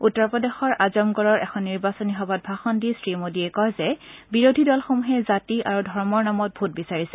উত্তৰ প্ৰদেশৰ আজমগড়ৰ এখন নিৰ্বাচনী সভাত ভাষণ দি শ্ৰীমোদীয়ে কয় যে বিৰোধী দলসমূহে জাতি আৰু ধৰ্মৰ নামত ভোট বিচাৰিছে